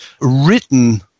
written